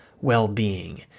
well-being